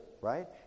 right